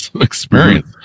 Experience